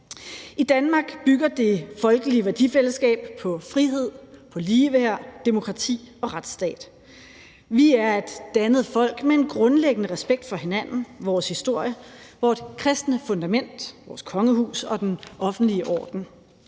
I Danmark bygger det folkelige værdifællesskab på frihed, på ligeværd, demokrati og retsstat. Vi er et dannet folk med en grundlæggende respekt for hinanden, vores historie, vores kristne fundament, vores kongehus og den offentlige orden,